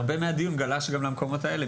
הרבה מהדיון גלש למקומות האלה,